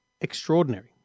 extraordinary